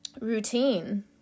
routine